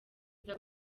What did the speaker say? aza